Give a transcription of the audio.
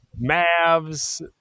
Mavs